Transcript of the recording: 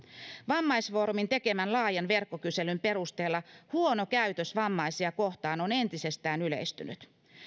vammaisfoorumin tekemän laajan verkkokyselyn perusteella huono käytös vammaisia kohtaan on entisestään yleistynyt